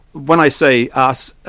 when i say us,